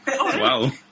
wow